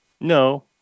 no